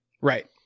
Right